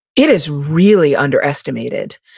it is really underestimated.